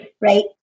right